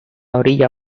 orilla